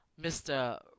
Mr